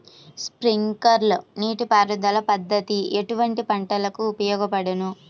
Sprinkler నీటిపారుదల పద్దతి ఎటువంటి పంటలకు ఉపయోగపడును?